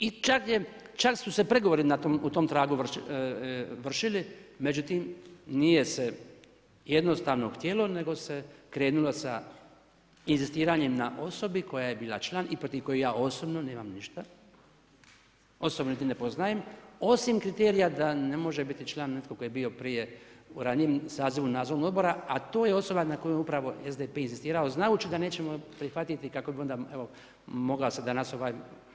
I čak je, čak su se pregovori na tom tragu vršili, međutim nije se jednostavno htjelo nego se krenulo s inzistiranjem na osobi koja je bila član i protiv koje ja osobno nemam ništa, osobno niti ne poznajem, osim kriterija da ne može biti član netko tko je bio prije u ranijem sazivu nadzornog odbora a to je osoba nad kojom je upravo SDP inzistirao znajući da nećemo prihvatiti kako bi onda evo mogao se danas ovaj mali igrokaz napraviti.